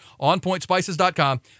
OnPointSpices.com